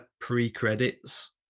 pre-credits